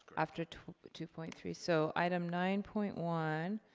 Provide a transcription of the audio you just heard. after two but two point three? so, item nine point one